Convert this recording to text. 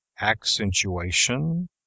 accentuation